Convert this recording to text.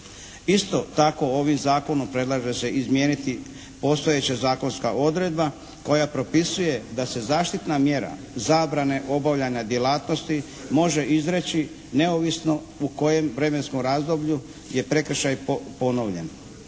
Isto tako ovim zakonom predlaže se izmijeniti postojeća zakonska odredba koja propisuje da se zaštitna mjera zabrane obavlja na djelatnosti može izreći neovisno u kojem vremenskom razdoblju je prekršaj ponovljen.